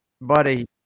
buddy